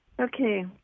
Okay